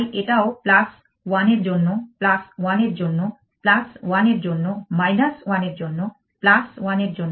তাই এটাও 1 এর জন্য 1 এর জন্য 1 এর জন্য 1 এর জন্য 1 এর জন্য 1 এর জন্য